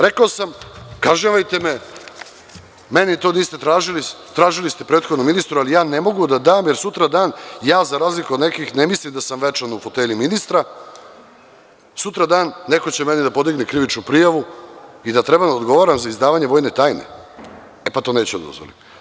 Rekao sam – kažnjavajte me, meni to niste tražili, tražili ste prethodnom ministru, ali ne mogu da dam, jer sutradan ja za razliku od nekih ne mislim da sam večan u fotelji ministra i sutradan će neko da podigne krivičnu prijavu i da treba da odgovaram za izdavanje vojne tajne, to neću da dozvolim.